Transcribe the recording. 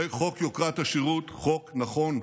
זה חוק יוקרת השירות, חוק נכון,